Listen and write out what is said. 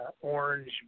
Orange